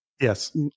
yes